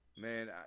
Man